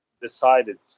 decided